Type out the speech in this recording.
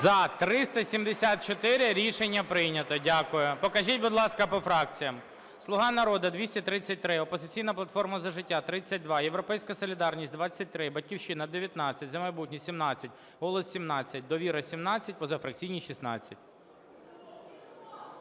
За-374 Рішення прийнято. Дякую. Покажіть, будь ласка, по фракціях.